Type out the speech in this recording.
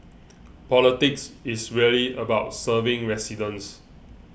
politics is really about serving residents